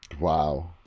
Wow